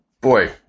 boy